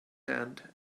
hand